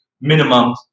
minimum